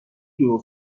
دور